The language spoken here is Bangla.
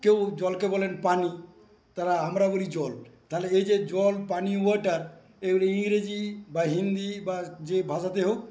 কেউ জলকে বলেন পানি তারা আমরা বলি জল তাহলে এই যে জল পানি ওয়াটার এইগুলো ইংরেজি বা হিন্দি বা যে ভাষাতে হোক